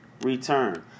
return